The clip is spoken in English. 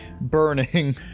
burning